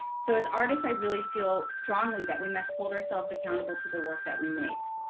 so as artists, i really feel strongly that we must hold ourselves accountable to the work that we make.